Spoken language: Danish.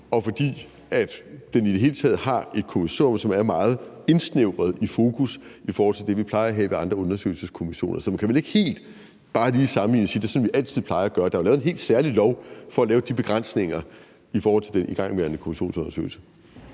og fordi den i det hele taget har et kommissorium, som er meget indsnævret i fokus i forhold til det, vi plejer at have ved andre undersøgelseskommissioner, kan man vel ikke bare lige sammenligne det helt og sige, at det er sådan, vi altid plejer at gøre det. Der er jo lavet en helt særlig lov for at lave de begrænsninger i forhold til den igangværende kommissionsundersøgelse.